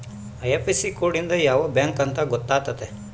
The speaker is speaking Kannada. ಐ.ಐಫ್.ಎಸ್.ಸಿ ಕೋಡ್ ಇಂದ ಯಾವ ಬ್ಯಾಂಕ್ ಅಂತ ಗೊತ್ತಾತತೆ